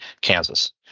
Kansas